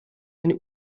eine